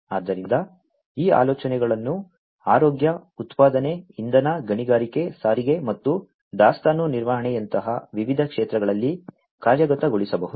ಆದ್ದರಿಂದ ಈ ಆಲೋಚನೆಗಳನ್ನು ಆರೋಗ್ಯ ಉತ್ಪಾದನೆ ಇಂಧನ ಗಣಿಗಾರಿಕೆ ಸಾರಿಗೆ ಮತ್ತು ದಾಸ್ತಾನು ನಿರ್ವಹಣೆಯಂತಹ ವಿವಿಧ ಕ್ಷೇತ್ರಗಳಲ್ಲಿ ಕಾರ್ಯಗತಗೊಳಿಸಬಹುದು